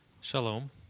Shalom